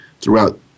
throughout